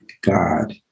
God